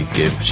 give